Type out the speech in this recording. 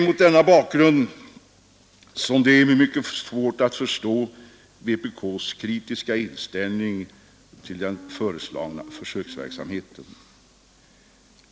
Mot denna bakgrund är det mycket svårt att förstå vpk:s kritiska inställning till den föreslagna försöksverksamheten.